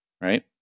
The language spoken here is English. right